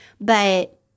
But-